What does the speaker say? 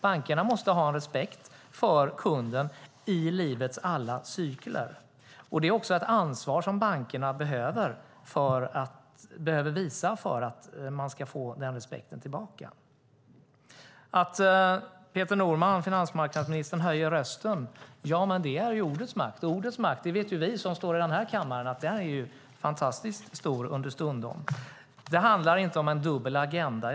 Bankerna måste ha respekt för kunden i livets alla cykler. Det är ett ansvar som bankerna behöver visa för att få den respekten tillbaka. Att finansmarknadsminister Peter Norman höjer rösten är ordets makt. Och ordets makt - det vet vi som står i den här kammaren - är understundom fantastiskt stor. Det handlar inte om någon dubbel agenda.